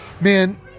Man